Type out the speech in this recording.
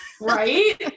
right